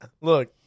look